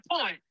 point